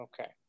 Okay